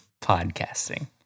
Podcasting